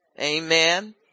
Amen